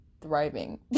thriving